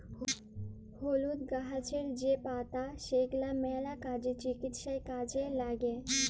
হলুদ গাহাচের যে পাতা সেগলা ম্যালা কাজে, চিকিৎসায় কাজে ল্যাগে